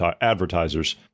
advertisers